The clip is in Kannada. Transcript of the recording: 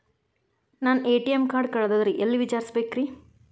ನನ್ನ ಎ.ಟಿ.ಎಂ ಕಾರ್ಡು ಕಳದದ್ರಿ ಎಲ್ಲಿ ವಿಚಾರಿಸ್ಬೇಕ್ರಿ?